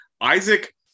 Isaac